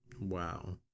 Wow